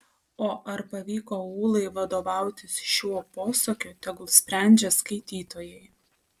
o ar pavyko ūlai vadovautis šiuo posakiu tegul sprendžia skaitytojai